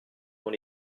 dont